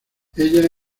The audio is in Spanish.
ella